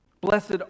Blessed